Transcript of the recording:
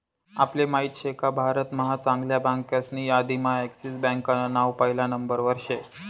आपले माहित शेका भारत महा चांगल्या बँकासनी यादीम्हा एक्सिस बँकान नाव पहिला नंबरवर शे